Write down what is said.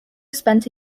spent